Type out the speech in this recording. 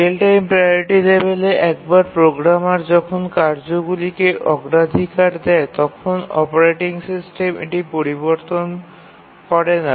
real time priority লেভেলে একবার programmer যখন কার্যগুলিকে অগ্রাধিকার দেয় তখন অপারেটিং সিস্টেম এটি পরিবর্তন করে না